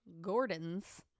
Gordons